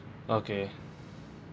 okay